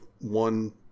one